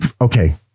okay